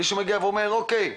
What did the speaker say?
מישהו מגיע ואומר 'אוקיי.